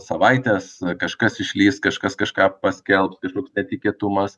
savaitės kažkas išlįs kažkas kažką paskelbs kažkoks netikėtumas